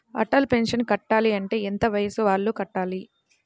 Atal pension కట్టాలి అంటే ఎంత వయసు వాళ్ళు కట్టాలి?